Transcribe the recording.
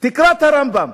תקרא את הרמב"ם,